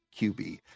QB